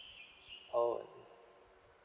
oh